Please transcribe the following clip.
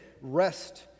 rest